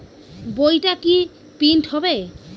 বইটা কি প্রিন্ট হবে?